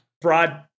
broad